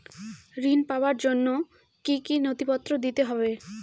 ঋণ পাবার জন্য কি কী নথিপত্র দিতে হবে?